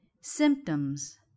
Symptoms